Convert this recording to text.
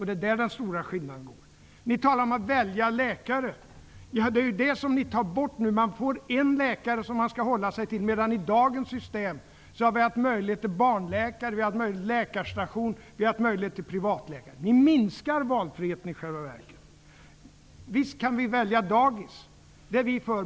Det är där den stora skillnaden finns. Ni talar om möjligheten att välja läkare, men det är ju den möjligheten ni tar bort nu. Man får en läkare som man skall hålla sig till, medan vi med dagens system har möjlighet att gå till en barnläkare, att gå till en läkarstation eller att gå till en privatläkare. Ni minskar i själva verket valfriheten. Visst kan vi få välja dagis. Det är vi för.